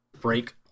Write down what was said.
break